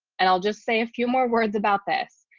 and i'll just say a few more words about this.